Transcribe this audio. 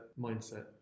mindset